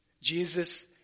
Jesus